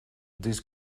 this